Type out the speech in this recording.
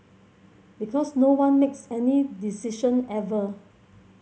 because no one makes any decision ever